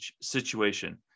situation